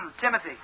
Timothy